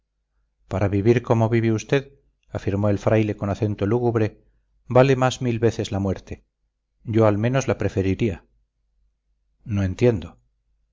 para vivir como usted vive afirmó el fraile con acento lúgubre vale más mil veces la muerte yo al menos la preferiría no entiendo